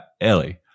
Ellie